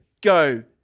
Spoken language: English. go